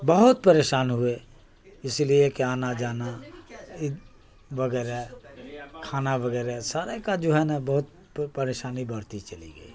بہت پریشان ہوئے اس لیے کہ آنا جانا وغیرہ کھانا وغیرہ سارے کا جو ہے نا بہت پریشانی بڑھتی چلی گئی